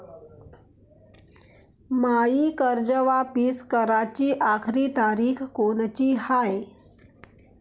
मायी कर्ज वापिस कराची आखरी तारीख कोनची हाय?